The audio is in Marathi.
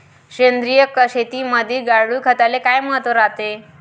सेंद्रिय शेतीमंदी गांडूळखताले काय महत्त्व रायते?